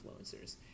influencers